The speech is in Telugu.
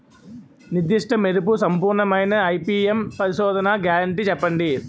నిర్దిష్ట మెరుపు సంపూర్ణమైన ఐ.పీ.ఎం పరిశోధన గ్యారంటీ చెప్పండి?